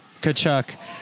Kachuk